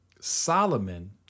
Solomon